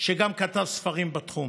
שגם כתב ספרים בתחום.